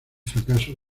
fracaso